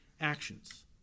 actions